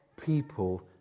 people